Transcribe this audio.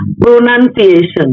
pronunciation